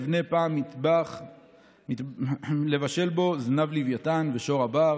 / נבנה פעם מטבח / לבשל בו זנב לווייתן / ושור הבר,